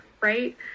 Right